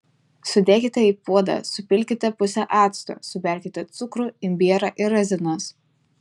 sudėkite į puodą supilkite pusę acto suberkite cukrų imbierą ir razinas